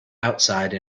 outside